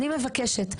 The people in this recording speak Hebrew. אני מבקשת,